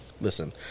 listen